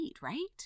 right